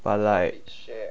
but like